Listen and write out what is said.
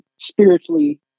spiritually